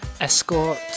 Escort